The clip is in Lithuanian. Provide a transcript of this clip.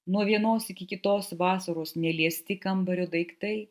nuo vienos iki kitos vasaros neliesti kambario daiktai